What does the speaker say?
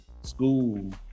school